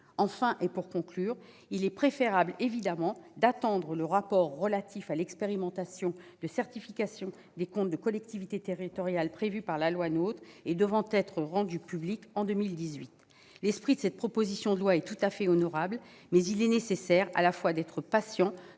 Enfin, et pour conclure, il est évidemment préférable d'attendre le rapport relatif à l'expérimentation de certification des comptes des collectivités territoriales prévu par la loi NOTRe, qui doit être rendu public en 2018. L'esprit de cette proposition de loi est tout à fait honorable, mais il est nécessaire à la fois d'être patient,